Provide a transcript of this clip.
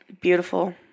Beautiful